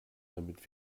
damit